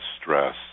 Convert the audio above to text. stress